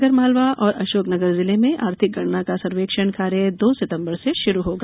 आगरमालवा और अशोकनगर जिले में आर्थिक गणना का सर्वेक्षण कार्य दो सितंबर से शुरू होगा